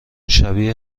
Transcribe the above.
شبیه